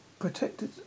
protected